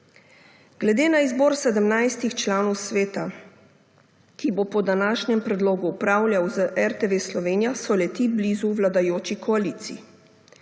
Glede na izbor sedemnajstih članov sveta, ki bo po današnjem predlogu upravljal z RTV Slovenija, so le-ti blizu vladajoči koaliciji.